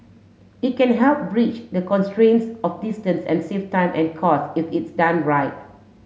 it can help bridge the constraints of distance and save time and costs if it's done right